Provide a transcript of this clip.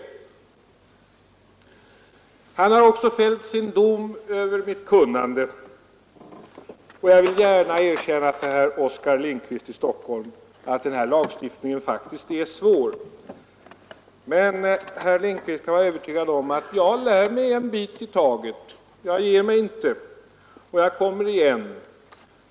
Herr Lindkvist har också fällt sin dom över mitt kunnande. Jag vill erkänna för Oskar Lindkvist att den lagstiftning det gäller faktiskt är svår. Men herr Lindkvist kan vara övertygad om att jag lär mig en bit i taget. Jag ger mig inte. Jag kommer igen.